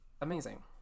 Amazing